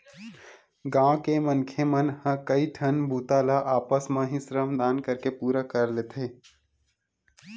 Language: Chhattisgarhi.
गाँव के मनखे मन ह कइठन बूता ल आपस म ही श्रम दान करके पूरा कर लेथे